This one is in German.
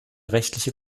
rechtliche